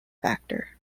factor